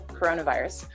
coronavirus